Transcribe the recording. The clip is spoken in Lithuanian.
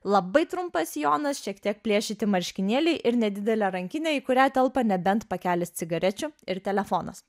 labai trumpas sijonas šiek tiek plėšyti marškinėliai ir nedidelė rankinė į kurią telpa nebent pakelis cigarečių ir telefonas